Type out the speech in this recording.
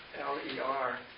L-E-R